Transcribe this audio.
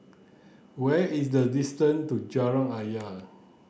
where is the distance to Jalan Ayer